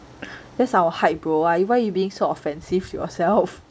that's our height bro you why you being so offensive to yourself